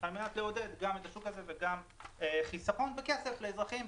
על מנת לעודד גם את השוק הזה וגם חיסכון בכסף לאזרחים.